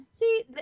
See